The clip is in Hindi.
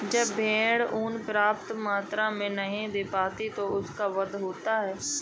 जब भेड़ ऊँन पर्याप्त मात्रा में नहीं दे पाती तो उनका वध होता है